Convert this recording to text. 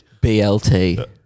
BLT